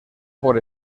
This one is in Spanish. por